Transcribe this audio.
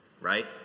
Right